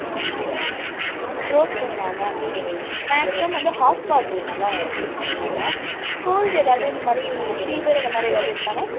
ம் த்ரோட் பெயினா ma'am maximum வந்து ஹாட் வாட்டர் நல்லா குடிச்சுக்கங்க மேம் கோல்டு எதாவது இந்த மாதிரி ஃபீவர் இந்த மாதிரி எதாவது இருக்கா மேம்